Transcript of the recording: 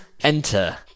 Enter